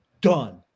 done